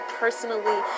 personally